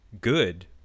good